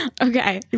Okay